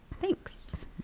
thanks